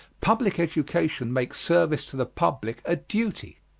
public education makes service to the public a duty.